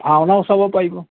ভাওনাও চাব পাৰিব